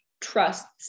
trusts